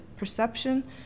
perception